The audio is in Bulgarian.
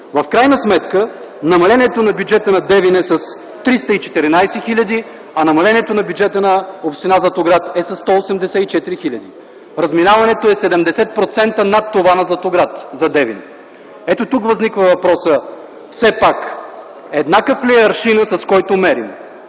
В крайна сметка намалението на бюджета на Девин е с 314 хиляди, а намалението на бюджета на община Златоград е със 184 хиляди. Разминаването е 70% над това на Златоград за Девин. Ето тук възниква въпросът: все пак еднакъв ли е аршинът, с който мерим?